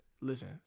Listen